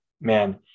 man